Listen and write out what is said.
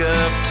up